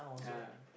yeah